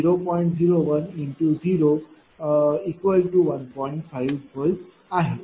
5 V आहे